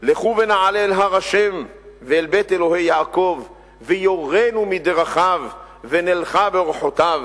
לכו ונעלה אל הר ה' ואל בית אלוהי יעקב ויורנו מדרכיו ונלכה באורחותיו.